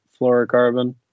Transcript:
fluorocarbon